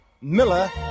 Miller